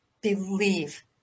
believe